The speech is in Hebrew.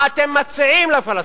מה אתם מציעים לפלסטינים,